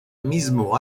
mismo